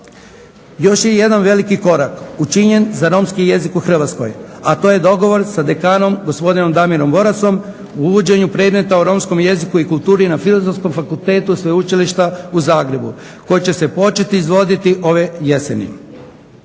Još je jedan veliki korak učinjen za romski jezik u Hrvatskoj, a to je dogovor sa dekanom, gospodinom Damirom Borasom o uvođenju predmeta o romskog jeziku i kulturi na Filozofskom fakultetu Sveučilišta u Zagrebu koje će se početi izvoditi ove jeseni.